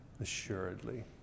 assuredly